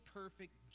perfect